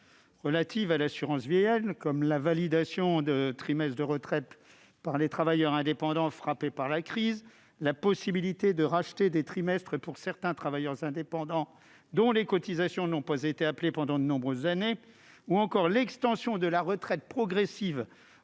relatives à l'assurance vieillesse, comme la validation de trimestres de retraite par les travailleurs indépendants frappés par la crise, la possibilité de racheter des trimestres pour certains travailleurs indépendants, dont les cotisations n'ont pas été appelées pendant de nombreuses années, ou encore l'extension de la retraite progressive